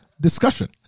discussion